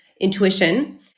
intuition